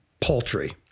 poultry